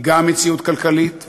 היא גם מציאות כלכלית,